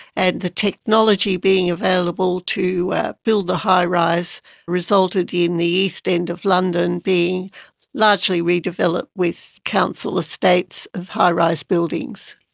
and the technology being available to build a high-rise resulted in the east end of london being largely redeveloped with council estates of high-rise buildings.